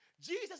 Jesus